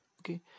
okay